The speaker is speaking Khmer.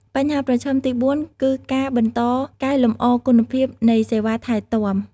បញ្ហាប្រឈមទីបួន គឺការបន្តកែលម្អគុណភាពនៃសេវាថែទាំ។